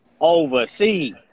overseas